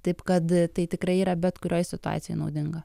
taip kad tai tikrai yra bet kurioj situacijoj naudinga